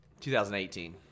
2018